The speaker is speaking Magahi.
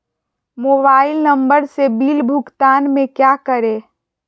मोबाइल नंबर से बिल भुगतान में क्या करें?